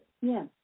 Yes